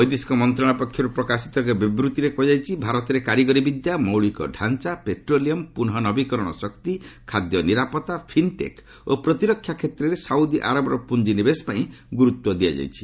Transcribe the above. ବୈଦେଶିକ ମନ୍ତ୍ରଣାଳୟ ପକ୍ଷର୍ତ ପ୍ରକାଶିତ ଏକ ବିବୃତ୍ତିରେ କ୍ରହାଯାଇଛି ଭାରତରେ କାରିଗରି ବିଦ୍ୟା ମୌଳିକ ଡାଞ୍ଚା ପେଟ୍ରୋଲିୟମ୍ ପ୍ରନଃ ନବିକରଣ ଶକ୍ତି ଖାଦ୍ୟ ନିରାପତ୍ତା ଫିନ୍ଟେକ୍ ଓ ପ୍ରତିରକ୍ଷା କ୍ଷେତ୍ରରେ ସାଉଦି ଆରବର ପୁଞ୍ଜିନିବେଶ ପାଇଁ ଗୁରୁତ୍ୱ ଦିଆଯାଇଛି